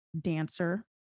dancer